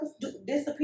disappear